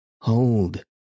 Hold